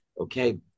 okay